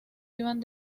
iban